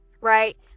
right